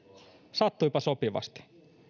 sattuipa sopivasti